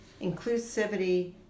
inclusivity